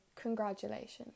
congratulations